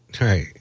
Right